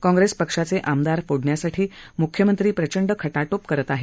काँग्रेस पक्षाचे आमदार फोडण्यासाठी मुख्यमंत्री प्रचंड खटाटोप करत आहेत